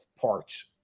parts